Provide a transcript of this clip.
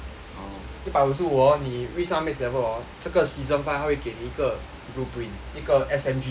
一百五十五哦你 reach 到 next level orh 这个 season five 它会给你一个 blueprint 一个 S_F_G 的 blueprint